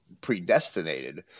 predestinated